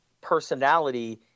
personality